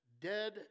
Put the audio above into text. dead